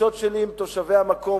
בפגישות שלי עם תושבי המקום,